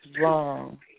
wrong